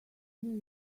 new